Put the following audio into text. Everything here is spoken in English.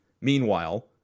meanwhile